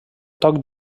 toc